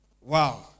Wow